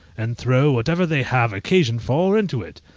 and throw whatever they have occasion for into it,